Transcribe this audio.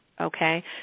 okay